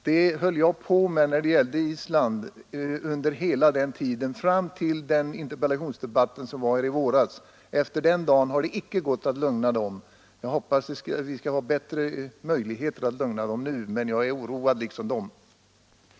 Det höll jag på med när det gällde Islands fiskegräns under tiden fram till den interpellationsdebatt som ägde rum här i våras. Efter den dagen har det inte gått att lugna fiskarna. Jag hoppas att vi skall ha bättre möjligheter att lugna dem nu, men jag är oroad liksom de är.